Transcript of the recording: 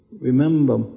Remember